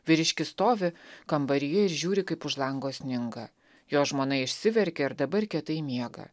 vyriškis stovi kambaryje ir žiūri kaip už lango sninga jo žmona išsiverkė ir dabar kietai miega